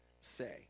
say